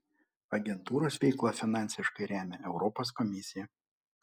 agentūros veiklą finansiškai remia europos komisija